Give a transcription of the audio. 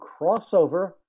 crossover